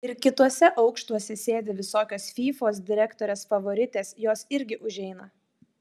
ir kituose aukštuose sėdi visokios fyfos direktorės favoritės jos irgi užeina